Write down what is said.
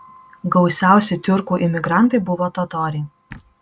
gausiausi tiurkų imigrantai buvo totoriai